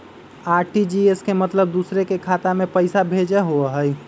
RTGS के मतलब दूसरे के खाता में पईसा भेजे होअ हई?